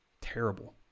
Terrible